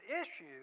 issue